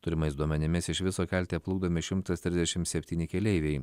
turimais duomenimis iš viso kelte plukdomi šimtas trisdešim septyni keleiviai